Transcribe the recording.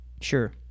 sure